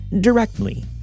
directly